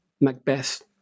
Macbeth